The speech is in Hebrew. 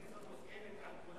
התוכנית הזאת מוסכמת על כולם.